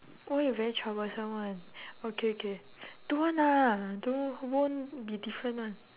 why you very troublesome [one] okay okay don't want lah don't won't be different [one]